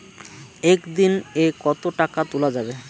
একদিন এ কতো টাকা তুলা যাবে?